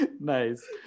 Nice